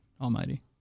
Almighty